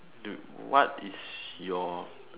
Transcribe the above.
what is your